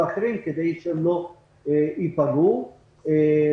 ואחרים כדי שהם לא ייפגעו ויכניסו.